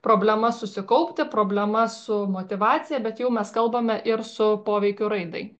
problemas susikaupti problemas su motyvacija bet jau mes kalbame ir su poveikiu raidai